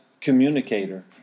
communicator